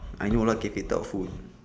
I know lah cafe type of food